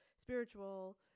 spiritual